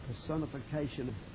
Personification